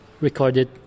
recorded